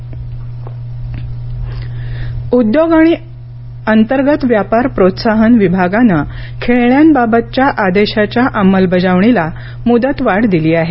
खेळणी उत्पादक उद्योग आणि अंतर्गत व्यापार प्रोत्साहन विभागानं खेळण्यांबाबतच्या आदेशाच्या अंमलबजावणीला मुदतवाढ दिली आहे